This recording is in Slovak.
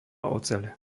oceľ